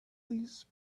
these